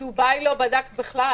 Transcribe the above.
את החוזרים מדובאי לא בדקת בכלל,